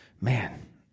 man